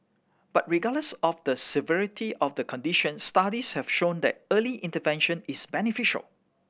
but regardless of the severity of the condition studies have shown that early intervention is beneficial